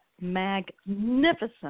magnificent